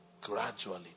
gradually